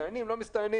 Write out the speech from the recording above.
מסתננים או לא מסתננים,